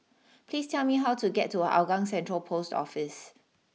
please tell me how to get to Hougang Central post Office